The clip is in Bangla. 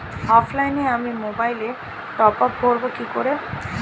অফলাইনে আমি মোবাইলে টপআপ ভরাবো কি করে?